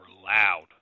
loud